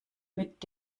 mit